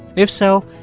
if so,